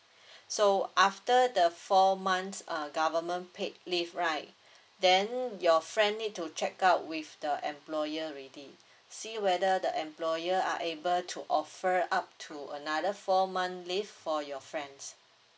so after the four months uh government paid leave right then your friend need to check out with the employer already see whether the employer are able to offer up to another four month leave for your friends